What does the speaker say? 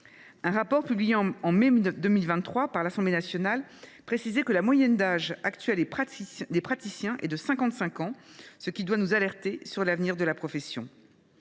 Un rapport publié en mai 2023 par l’Assemblée nationale précisait que la moyenne d’âge des praticiens était de 55 ans. Cela doit nous alerter sur l’avenir de la profession.